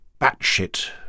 batshit